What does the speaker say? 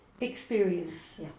experience